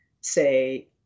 say